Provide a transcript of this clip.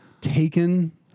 taken